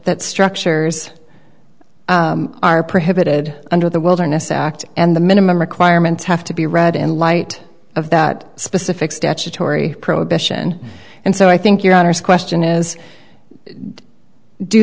that structures are prohibited under the wilderness act and the minimum requirements have to be read in light of that specific statutory prohibition and so i think your honor's question is do